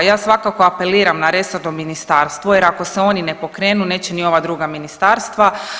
Ja svakako apeliram na resorno ministarstvo, jer ako se oni ne pokrenu, neće ni ova druga ministarstva.